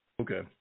Okay